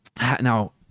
Now